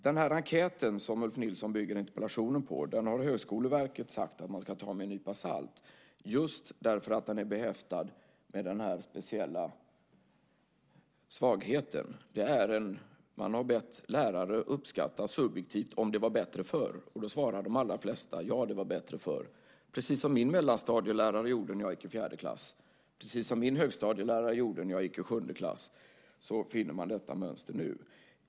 Den enkät som Ulf Nilsson bygger interpellationen på har Högskoleverket sagt att man ska ta med en nypa salt, just därför att den är behäftad med denna speciella svaghet. Man har bett lärare att subjektivt uppskatta om det var bättre förr, och då svarar de allra flesta: Ja, det var bättre förr. Precis som min mellanstadielärare gjorde när jag gick i fjärde klass och precis som min högstadielärare gjorde när jag gick i sjunde klass finner man detta mönster nu.